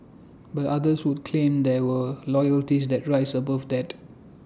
but others would claim that were loyalties that rise above that